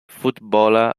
footballer